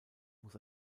muss